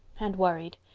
and worried.